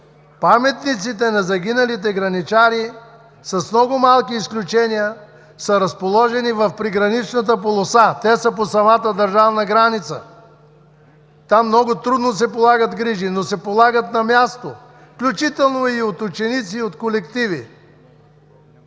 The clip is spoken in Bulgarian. паметниците на загиналите граничари с много малки изключения са разположени в приграничната полоса. Те са по селата, държавна граница. Там много трудно се полагат грижи, но се полагат на място, включително от ученици и от колективи.